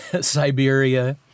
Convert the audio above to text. Siberia